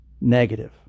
negative